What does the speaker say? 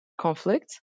conflict